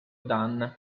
dan